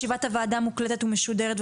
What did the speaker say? ישיבת הוועדה מוקלטת ומשודרת,